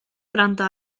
gwrando